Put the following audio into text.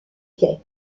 quais